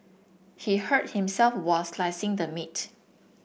he hurt himself while slicing the meat